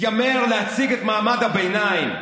התיימר לייצג את מעמד הביניים,